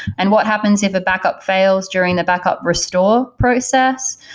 and what happens if a backup fails during the backup restore process?